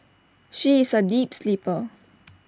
she is A deep sleeper